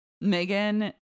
Megan